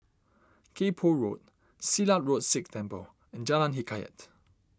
Kay Poh Road Silat Road Sikh Temple and Jalan Hikayat